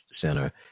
center